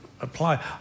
apply